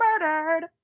murdered